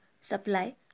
supply